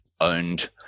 owned